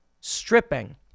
stripping